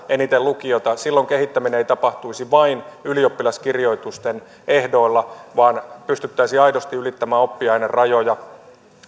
eniten lukiota silloin kehittäminen ei tapahtuisi vain ylioppilaskirjoitusten ehdoilla vaan pystyttäisiin aidosti ylittämään oppiainerajoja